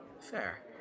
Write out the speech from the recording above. fair